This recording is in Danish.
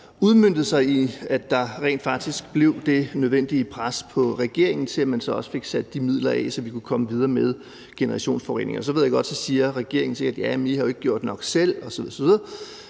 udmøntede sig i, at der rent faktisk blev det nødvendige pres på regeringen til, at man så også fik sat midler af, så vi kunne komme videre med generationsforureningerne. Så ved jeg godt, at regeringen